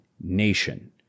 nation